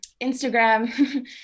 Instagram